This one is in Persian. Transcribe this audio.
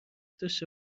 داشته